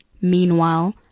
Meanwhile